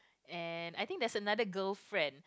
and I think there's another girl friend